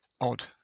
odd